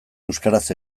euskaraz